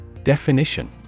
Definition